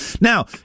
now